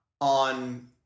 on